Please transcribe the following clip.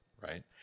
right